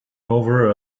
over